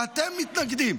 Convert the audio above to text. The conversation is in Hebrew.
ואתם מתנגדים.